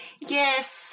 Yes